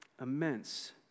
Immense